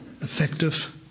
effective